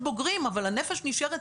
היום יום שני,